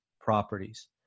properties